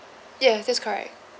yes that's correct